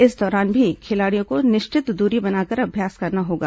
इस दौरान भी खिलाड़ियों को निश्चित दूरी बनाकर अभ्यास करना होगा